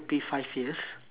~py five years